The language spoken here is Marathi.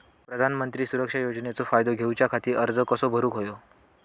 प्रधानमंत्री सुरक्षा योजनेचो फायदो घेऊच्या खाती अर्ज कसो भरुक होयो?